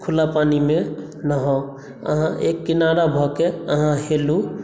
खुला पानीमे नहाव आहाँ एक किनारा भऽ के आहाँ हेलू